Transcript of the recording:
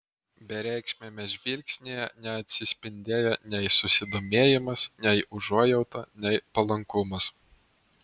bereikšmiame žvilgsnyje neatsispindėjo nei susidomėjimas nei užuojauta nei palankumas